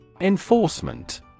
Enforcement